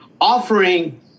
Offering